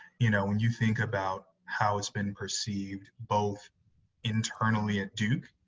you know when you think about how it's been perceived both internally at duke,